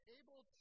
able